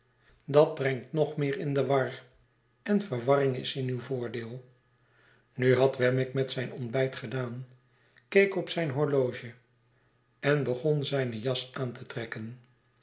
dat brengt nog meer in de war en verwarring is in uw voordeel nu had wemmick met zijn ontbijt gedaan keek op zijn horloge en begon zijne jas aan te trekken